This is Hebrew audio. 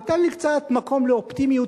ותן לי קצת מקום לאופטימיות,